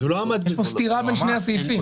יש כאן סתירה בין שני הסעיפים.